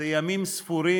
זה קורה ימים ספורים